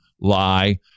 lie